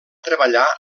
treballar